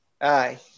Aye